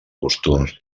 costums